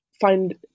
find